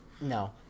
No